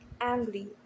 angry